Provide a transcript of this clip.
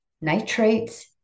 nitrates